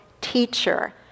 teacher